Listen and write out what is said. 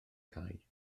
cau